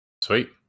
Sweet